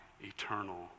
eternal